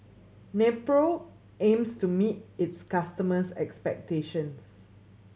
Nepro aims to meet its customers' expectations